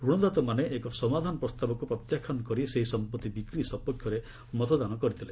ଋଣଦାତାମାନେ ଏକ ସମାଧାନ ପ୍ରସ୍ତାବକୁ ପ୍ରତ୍ୟାଖ୍ୟାନ କରି ସେହି ସମ୍ପଭି ବିକ୍ରି ସପକ୍ଷରେ ମତଦାନ କରିଥିଲେ